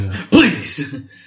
please